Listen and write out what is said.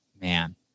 man